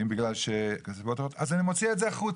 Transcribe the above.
ואם בגלל נסיבות אחרות אז הוא מוציא את זה החוצה.